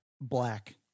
black